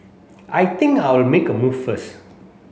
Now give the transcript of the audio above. I think I'll make a move first